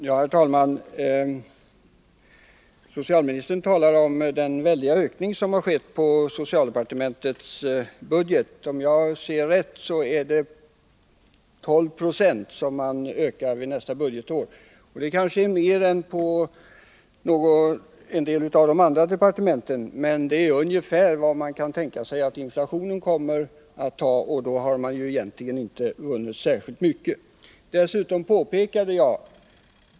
Herr talman! Socialministern talar om den väldiga ökning av satsningen på detta område som budgetförslaget innebär. Om jag ser rätt ökar man detta anslag med 12 96 nästa budgetår. Det kanske är mer än ökningen av anslagen inom en del av de andra departementen, men det är bara ungefär vad inflationen kommer att uppgå till, och då har man egentligen inte vunnit något.